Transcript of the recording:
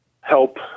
help